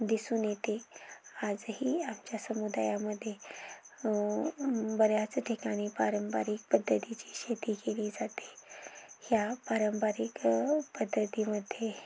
दिसून येते आजही आमच्या समुदायामध्ये बऱ्याच ठिकाणी पारंपरिक पद्धतीची शेती केली जाते ह्या पारंपरिक पद्धतीमध्ये